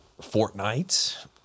Fortnite